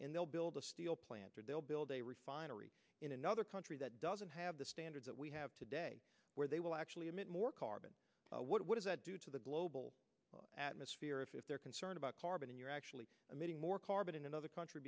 in they'll build a steel plant or they'll build a refinery in another country that doesn't have the standards that we have today where they will actually emit more carbon what does that do to the global atmosphere if if they're concerned about carbon you're actually emitting more carbon in another country